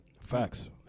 Facts